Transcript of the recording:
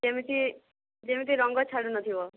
ଯେମିତି ଯେମିତି ରଙ୍ଗ ଛାଡ଼ୁ ନଥିବ